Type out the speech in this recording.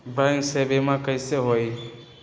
Bank से बिमा कईसे होई?